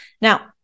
Now